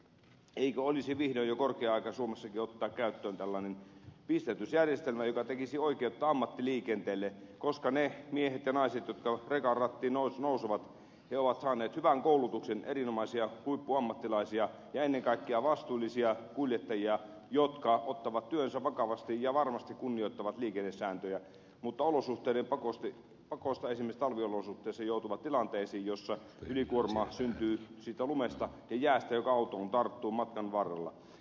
eikö olisi vihdoin jo korkea aika suomessakin ottaa käyttöön tällainen pisteytysjärjestelmä joka tekisi oikeutta ammattiliikenteelle koska ne miehet ja naiset jotka rekan rattiin nousevat ovat saaneet hyvän koulutuksen ovat erinomaisia huippuammattilaisia ja ennen kaikkea vastuullisia kuljettajia jotka ottavat työnsä vakavasti ja varmasti kunnioittavat liikennesääntöjä mutta olosuhteiden pakosta esimerkiksi talviolosuhteissa joutuvat tilanteisiin joissa ylikuorma syntyy siitä lumesta ja jäästä joka autoon tarttuu matkan varrella